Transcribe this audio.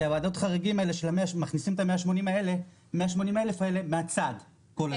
כי ועדות החריגים מכניסות את 180,000 המשפחות הללו מהצד כל הזמן.